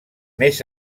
més